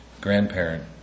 grandparent